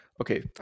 Okay